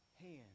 hands